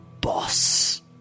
boss